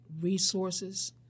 resources